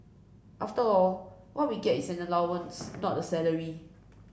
after all what we get is an allowance not a salary